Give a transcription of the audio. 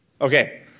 Okay